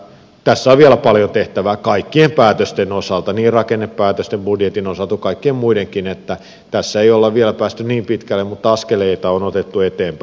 tässä on vielä paljon tehtävää kaikkien päätösten osalta niin rakennepäätösten budjetin osalta kuin kaikkien muidenkin että tässä ei olla vielä päästy niin pitkälle mutta askeleita on otettu eteenpäin